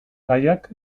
gaiak